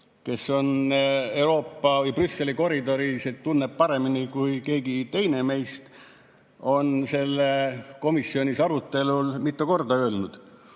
kes Euroopa ja Brüsseli koridore tunneb paremini kui keegi teine meist, on komisjonis arutelul mitu korda küsinud,